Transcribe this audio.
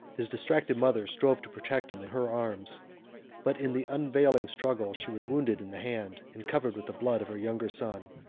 his distracted mother strove to protect him in her arms but, in the unavailing struggle, she was wounded in the hand, and covered with the blood of her younger son,